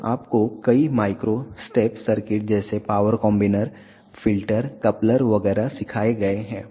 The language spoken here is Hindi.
तो आपको कई माइक्रो स्टेप सर्किट जैसे पावर कॉम्बिनर फिल्टर कपलर वगैरह सिखाए गए हैं